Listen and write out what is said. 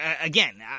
Again